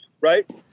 right